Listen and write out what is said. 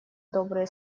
добрые